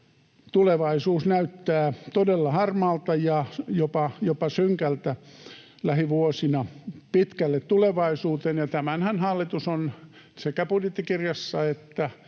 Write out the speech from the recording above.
tulevaisuus näyttää todella harmaalta ja jopa synkältä lähivuosina pitkälle tulevaisuuteen, ja tämänhän hallitus on sekä budjettikirjassa että